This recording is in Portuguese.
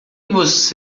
você